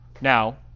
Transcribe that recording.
Now